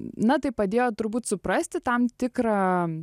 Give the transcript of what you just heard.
na tai padėjo turbūt suprasti tam tikrą